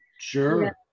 Sure